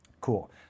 Cool